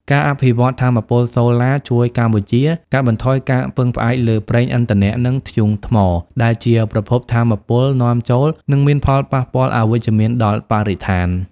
ការអភិវឌ្ឍថាមពលសូឡាជួយកម្ពុជាកាត់បន្ថយការពឹងផ្អែកលើ ប្រេងឥន្ធនៈ និងធ្យូងថ្ម ដែលជាប្រភពថាមពលនាំចូល និងមានផលប៉ះពាល់អវិជ្ជមានដល់បរិស្ថាន។